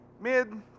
mid